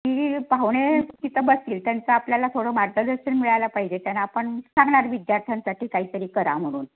की पाहुणे तिथं बसले त्यांचं आपल्याला थोडं मार्गदर्शन मिळायला पाहिजे त्यांना आपण सांगणार विद्यार्थ्यांसाठी काहीतरी करा म्हणून